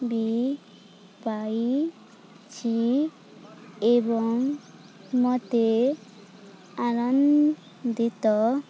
ବି ପାଇଛି ଏବଂ ମୋତେ ଆନନ୍ଦିତ